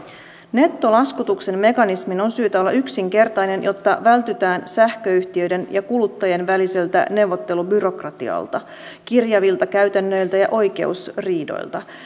nettolaskutuksen mekanismin on syytä olla yksinkertainen jotta vältytään sähköyhtiöiden ja kuluttajien väliseltä neuvottelubyrokratialta kirjavilta käytännöiltä ja oikeusriidoilta